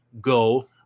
go –